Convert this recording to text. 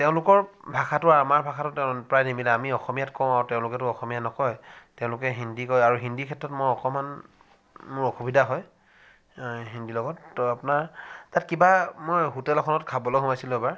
তেওঁলোকৰ ভাষাটো আৰু আমাৰ ভাষাটো প্ৰায় নিমিলে আমি অসমীয়াত কওঁ আৰু তেওঁলোকেতো অসমীয়া নকয় তেওঁলোকে হিন্দী কয় আৰু হিন্দী ক্ষেত্ৰত মই অকণমান মোৰ অসুবিধা হয় হিন্দীৰ লগত তো আপোনাৰ তাত কিবা মই হোটেল এখনত খাবলৈ সোমাইছিলোঁ এবাৰ